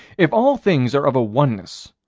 if all things are of a oneness,